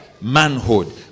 manhood